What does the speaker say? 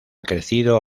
crecido